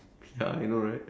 ya I know right